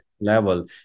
level